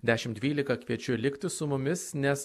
dešim dvylika kviečiu likti su mumis nes